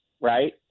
right